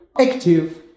active